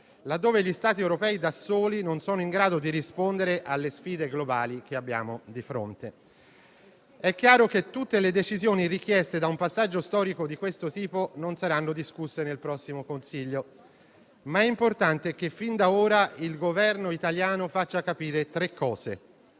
laddove gli Stati europei da soli non sono in grado di rispondere alle sfide globali che abbiamo di fronte. È chiaro che tutte le decisioni richieste da un passaggio storico di questo tipo non saranno discusse nel prossimo Consiglio, ma è importante che fin da ora il Governo italiano faccia capire tre cose.